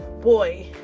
Boy